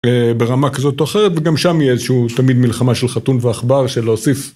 ברמה כזאת או אחרת וגם שם יהיה איזשהו תמיד מלחמה של חתול ועכבר של להוסיף